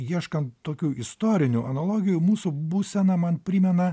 ieškant tokių istorinių analogijų mūsų būsena man primena